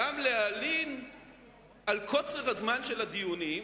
גם להלין על קוצר הזמן של הדיונים,